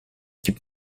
gibt